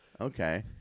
Okay